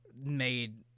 made